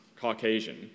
Caucasian